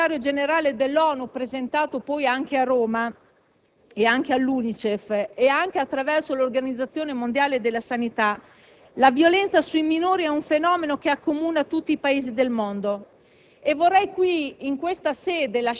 Secondo l'ultimo rapporto del Segretario generale dell'ONU, presentato anche Roma, all'UNICEF e all'Organizzazione mondiale della sanità, la violenza sui minori è un fenomeno che accomuna tutti i Paesi del mondo.